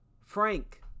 Frank